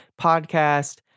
podcast